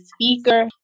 speaker